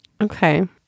Okay